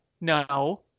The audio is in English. no